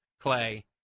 Clay